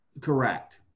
Correct